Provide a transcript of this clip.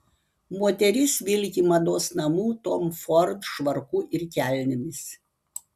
moteris vilki mados namų tom ford švarku ir kelnėmis